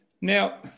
now